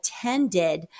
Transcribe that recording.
attended